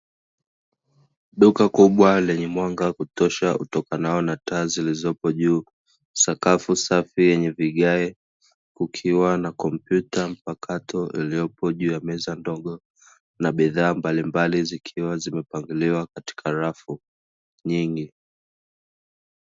Duka kubwa lenye mwanga wa kutosha utokana na taa zilizopo juu, sakafu yenye vigae kukiwa na kompyuta mpakato iliyopo juu ya meza ndogo na bidhaa mbalimbali, zikiws zimepangiliwa katika rafu nyingi.